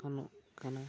ᱜᱟᱱᱚᱜ ᱠᱟᱱᱟ